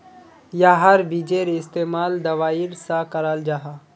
याहार बिजेर इस्तेमाल दवाईर सा कराल जाहा